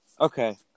Okay